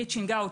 רייצ'ינג אאוט,